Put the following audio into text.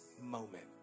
moment